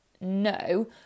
No